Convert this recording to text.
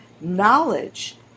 knowledge